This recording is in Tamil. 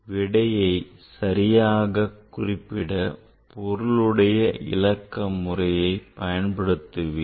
விடையை சரியாக குறிப்பிட பொருளுடைய இலக்க முறையை பயன்படுத்துவீர்கள்